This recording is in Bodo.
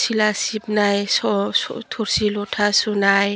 सिला सिबनाय स' स' थोरसि लथा सुनाय